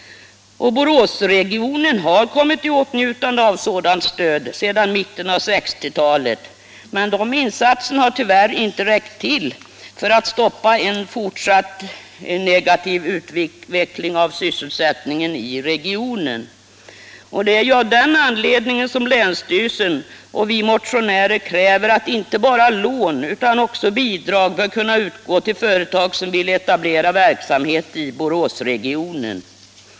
Boråsregionen har kommit i åtnjutande av sådant stöd sedan mitten av 1960-talet, men de insatserna har tyvärr inte räckt till för att stoppa en fortsatt negativ utveckling av sysselsättningen i regionen. Det är ju av den anledningen som länsstyrelsen och vi motionärer kräver att inte bara lån utan också bidrag bör kunna utgå till företag som vill etablera verksamhet i Boråsregionen.